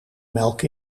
melk